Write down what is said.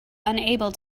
unable